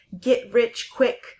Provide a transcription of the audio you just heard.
get-rich-quick